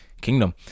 kingdom